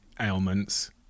ailments